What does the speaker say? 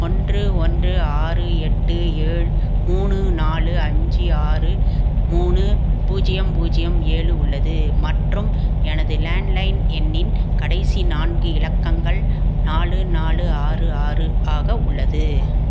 ஒன்று ஒன்று ஆறு எட்டு ஏழு மூணு நாலு அஞ்சு ஆறு மூணு பூஜ்ஜியம் பூஜ்ஜியம் ஏழு உள்ளது மற்றும் எனது லேண்ட்லைன் எண்ணின் கடைசி நான்கு இலக்கங்கள் நாலு நாலு ஆறு ஆறு ஆக உள்ளது